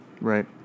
Right